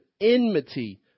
enmity